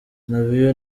navio